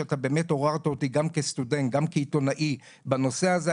שאתה באמת עוררת אותי גם כסטודנט וגם כעיתונאי בנושא הזה.